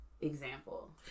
example